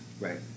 Right